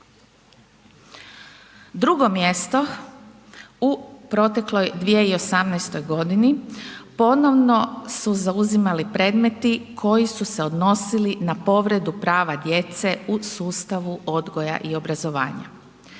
Drugo mjesto u protekloj 2018. g. ponovno su zauzimali predmeti koji su se odnosili na povredu prava djece u sustavu odgoja i obrazovanja.